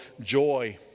joy